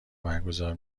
برگزار